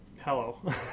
Hello